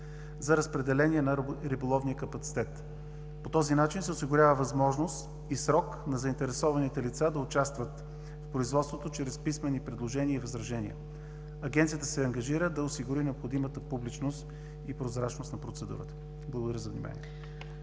за разпределение на риболовния капацитет. По този начин се осигурява възможност и срок на заинтересованите лица да участват в производството чрез писмени предложения и възражения. Агенцията се ангажира да осигури необходимата публичност и прозрачност на процедурата. Благодаря за вниманието.